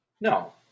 No